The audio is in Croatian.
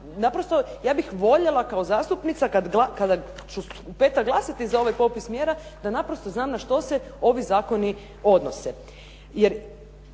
naprosto ja bih voljela kao zastupnica, kada ću u petak glasati za ovaj popis mjera, da naprosto znam na što se ovi zakoni odnose.